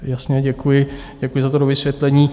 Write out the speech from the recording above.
Jasně, děkuji, děkuji za to dovysvětlení.